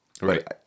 Right